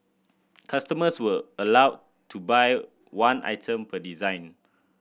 customers were allowed to buy one item per design